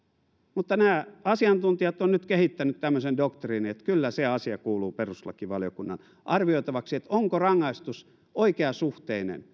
mutta nämä asiantuntijat ovat nyt kehittäneet tämmöisen doktriinin että kyllä se asia kuuluu perustuslakivaliokunnan arvioitavaksi onko rangaistus oikeasuhteinen